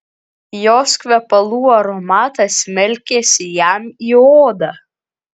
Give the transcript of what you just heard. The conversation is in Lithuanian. jos kvepalų aromatas smelkėsi jam į odą